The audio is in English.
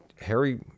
Harry